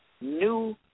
new